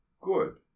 good